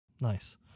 Nice